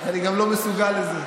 אני גם לא מסוגל לזה.